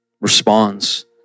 responds